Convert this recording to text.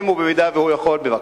אם הוא יכול, בבקשה.